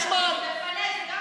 הם מסכנים,